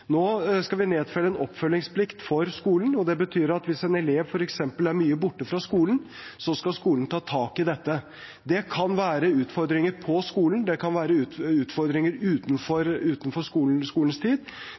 Nå skal vi nedfelle en oppfølgingsplikt for skolen. Det betyr at hvis en elev f.eks. er mye borte fra skolen, skal skolen ta tak i dette. Det kan være utfordringer på skolen, det kan være utfordringer